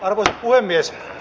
arvoisa puhemies